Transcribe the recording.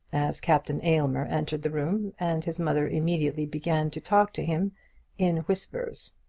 as captain aylmer entered the room, and his mother immediately began to talk to him in whispers.